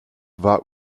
war